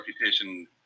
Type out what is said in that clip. reputation